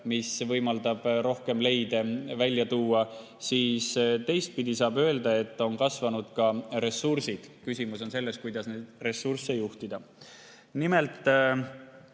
mis võimaldab rohkem leide välja tuua. Saab öelda, et on kasvanud ka ressursid. Küsimus on selles, kuidas neid ressursse juhtida. Nimelt